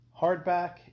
hardback